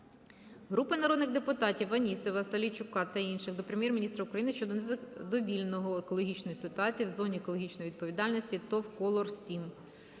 Групи народних депутатів (Іванісова, Салійчука та інших) до Прем'єр-міністра України щодо незадовільної екологічної ситуації у зоні екологічної відповідальності ТОВ "Колор С.